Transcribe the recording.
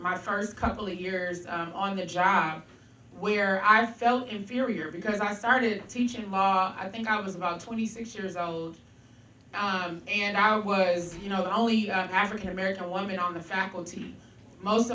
my first couple of years on the john where i felt inferior because i started teaching i think i was about twenty six years old and i was you know the only african american woman on the faculty most